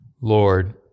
Lord